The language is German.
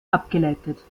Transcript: abgeleitet